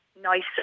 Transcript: nicer